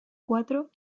cuatro